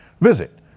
Visit